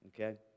okay